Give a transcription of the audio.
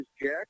Jack